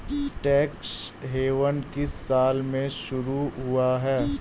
Tax haven किस साल में शुरू हुआ है?